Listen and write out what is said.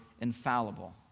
infallible